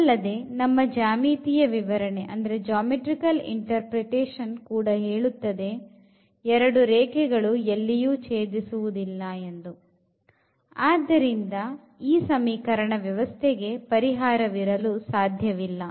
ಅದಲ್ಲದೆ ನಮ್ಮ ಜ್ಯಾಮಿತಿಯ ವಿವರಣೆ ಕೂಡ ಹೇಳುತ್ತದೆ ಎರಡು ರೇಖೆಗಳು ಎಲ್ಲಿಯೂ ಛೇದಿಸುವುದಿಲ್ಲಎಂದು ಆದ್ದರಿಂದ ಈ ಸಮೀಕರಣ ವ್ಯವಸ್ಥೆಗೆ ಪರಿಹಾರವಿರಲು ಸಾಧ್ಯವಿಲ್ಲ